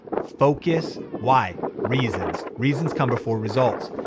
focus. why? reasons. reasons come before results.